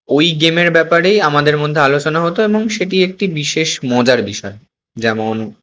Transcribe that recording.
ওই গেমের ব্যাপারেই আমাদের মধ্যে আলোচনা হতো এবং সেটি একটি বিশেষ মজার বিষয় যেমন